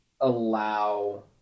allow